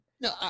No